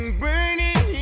burning